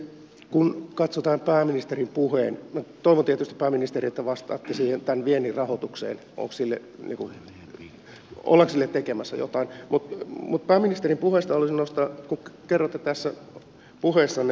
kun katsotaan pääministerin puhetta minä toivon tietysti pääministeri että vastaatte viennin rahoitukseen ollaanko sille tekemässä jotain pääministerin puheesta olisin nostanut sen että kerroitte puheessanne viisi pointtia